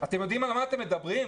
אתם יודעים על מה אתם מדברים?